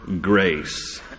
grace